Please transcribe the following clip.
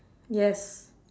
yes